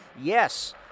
Yes